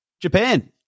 Japan